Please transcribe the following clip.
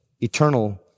eternal